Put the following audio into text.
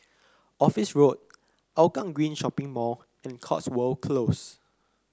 Office Road Hougang Green Shopping Mall and Cotswold Close